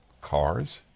Cars